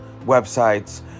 websites